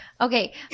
Okay